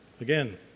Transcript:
Again